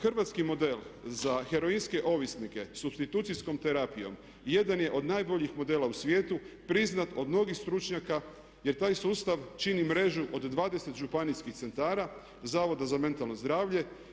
Hrvatski model za heroinske ovisnike supstitucijskom terapijom jedan je od najboljih modela u svijetu priznat od mnogih stručnjaka, jer taj sustav čini mrežu od 20 županijskih centara, Zavoda za mentalno zdravlje.